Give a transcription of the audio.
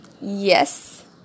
Yes